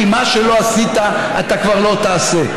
כי מה שלא עשית אתה כבר לא תעשה.